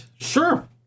Sure